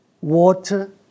water